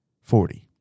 Forty